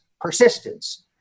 persistence